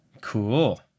Cool